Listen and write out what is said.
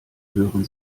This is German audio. hören